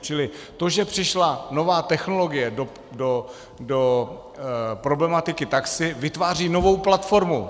Čili to, že přišla nová technologie do problematiky taxi, vytváří novou platformu.